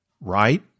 Right